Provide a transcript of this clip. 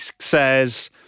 says